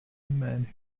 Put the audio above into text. men